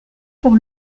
pour